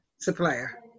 Supplier